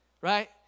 Right